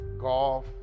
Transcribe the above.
golf